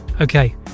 Okay